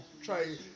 try